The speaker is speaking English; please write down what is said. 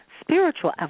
spiritual